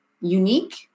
unique